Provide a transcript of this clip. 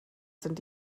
sind